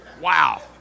Wow